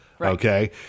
Okay